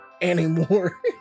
Anymore